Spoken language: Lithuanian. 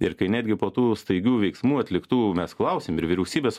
ir kai netgi po tų staigių veiksmų atliktų mes klausėm ir vyriausybės